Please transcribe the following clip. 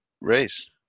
race